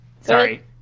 Sorry